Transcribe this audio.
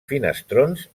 finestrons